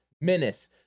menace